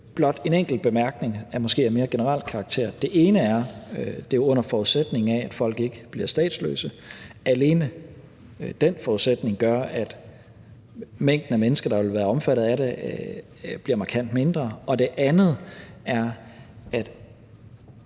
blot et par enkelte bemærkninger af måske mere generel karakter. Det ene er, at det er under forudsætningen af, at folk ikke bliver statsløse. Alene den forudsætning gør, at mængden af mennesker, der vil være omfattet af det, bliver markant mindre. Det andet er, at